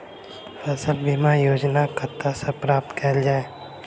फसल बीमा योजना कतह सऽ प्राप्त कैल जाए?